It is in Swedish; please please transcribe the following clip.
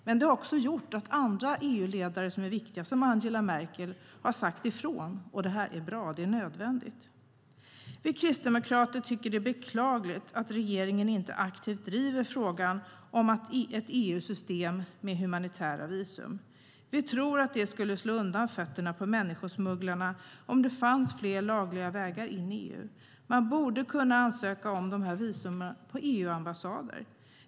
Men det har också gjort att andra viktiga EU-ledare, som Angela Merkel, har sagt ifrån. Det är bra, och det är nödvändigt. Vi kristdemokrater tycker att det är beklagligt att regeringen inte aktivt driver frågan om ett EU-system med humanitära visum. Vi tror att det skulle slå undan fötterna på människosmugglarna om det fanns fler lagliga vägar in i EU. Man borde kunna ansöka om de här visumen på EU-ambassader.